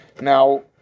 Now